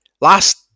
last